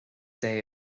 day